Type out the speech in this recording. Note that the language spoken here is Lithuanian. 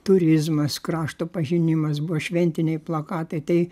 turizmas krašto pažinimas buvo šventiniai plakatai tai